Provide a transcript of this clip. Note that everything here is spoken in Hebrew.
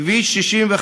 כביש 65,